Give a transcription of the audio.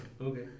okay